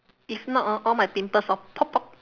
if not orh all my pimples all pop pop